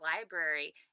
Library